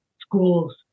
schools